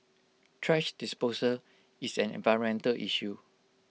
thrash disposal is an environmental issue